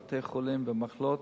מעבר לבתי-החולים והמחלות,